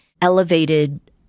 elevated